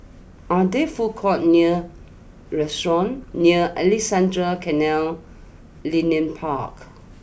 are there food courts near restaurants near Alexandra Canal Linear Park